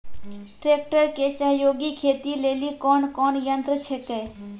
Tractor के सहयोगी खेती लेली कोन कोन यंत्र छेकै?